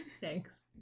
Thanks